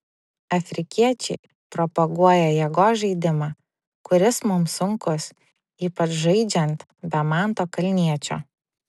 afrikiečiai propaguoja jėgos žaidimą kuris mums sunkus ypač žaidžiant be manto kalniečio